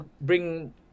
bring